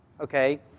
okay